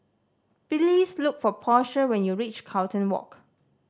please look for Portia when you reach Carlton Walk